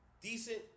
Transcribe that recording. decent